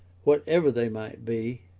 whatever they might be,